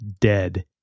dead